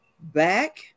Back